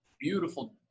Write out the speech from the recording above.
beautiful